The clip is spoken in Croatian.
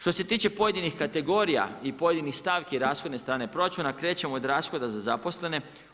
Što se tiče pojedinih kategorija i pojedinih stavki rashodne strane proračuna krećemo od rashoda za zaposlene.